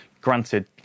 Granted